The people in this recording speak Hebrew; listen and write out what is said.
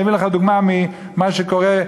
אני אביא לך דוגמה ממה שקורה,